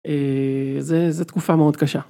זה, זה תקופה מאוד קשה.